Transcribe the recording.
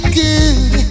good